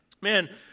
Man